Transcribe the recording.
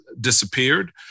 disappeared